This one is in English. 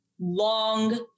long